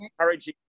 encouraging